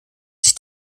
sich